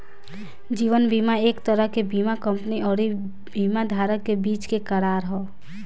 जीवन बीमा एक तरह के बीमा कंपनी अउरी बीमा धारक के बीच के करार ह